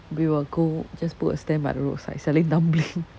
we will go just put a stand by the roadside selling dumpling